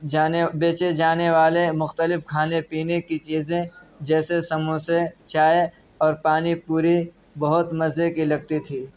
جانے بیچے جانے والے مختلف کھانے پینے کی چیزیں جیسے سموسے چائے اور پانی پوری بہت مزے کی لگتی تھی